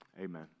Amen